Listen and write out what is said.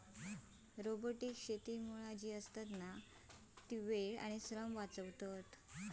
robotic शेतीमुळा वेळ आणि श्रम वाचतत